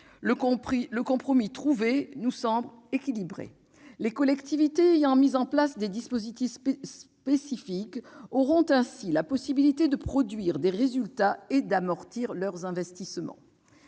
le compromis trouvé nous semble équilibré. Les collectivités territoriales ayant mis en place des dispositifs spécifiques auront la possibilité de produire des résultats et d'amortir leurs investissements.